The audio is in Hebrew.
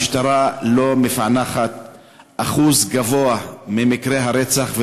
המשטרה לא מפענחת אחוז גבוה ממקרי הרצח,